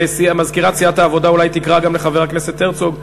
ומזכירת סיעת העבודה אולי תקרא גם לחבר הכנסת הרצוג.